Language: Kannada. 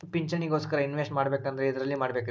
ಪಿಂಚಣಿ ಗೋಸ್ಕರ ಇನ್ವೆಸ್ಟ್ ಮಾಡಬೇಕಂದ್ರ ಎದರಲ್ಲಿ ಮಾಡ್ಬೇಕ್ರಿ?